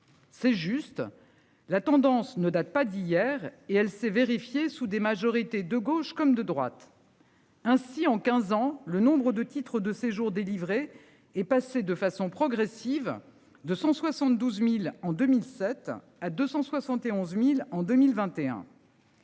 C'est juste la tendance ne date pas d'hier et elle s'est vérifiée sous des majorités de gauche comme de droite.-- Ainsi en 15 ans le nombre de titres de séjour délivrés est passé de façon progressive, de 172.000 en 2007 à 271.000 en 2021.--